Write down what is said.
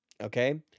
Okay